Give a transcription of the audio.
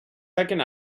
second